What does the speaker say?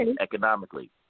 economically